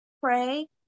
pray